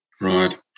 Right